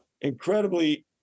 incredibly